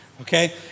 Okay